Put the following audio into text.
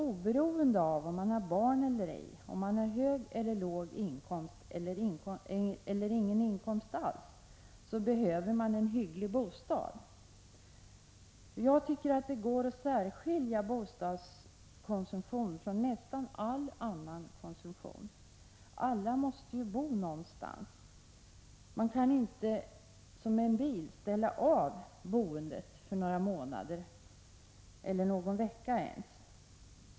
Oberoende av om man har barn eller ej, om man har hög eller låg inkomst eller ingen inkomst alls, behöver man en hygglig bostad. Det går att särskilja bostadskonsumtion från nästan all annan konsumtion — alla måste ju bo någonstans. Man kan inte ställa av bostaden som en bil för några månader eller ens någon vecka.